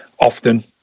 often